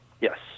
Yes